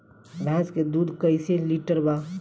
भैंस के दूध कईसे लीटर बा?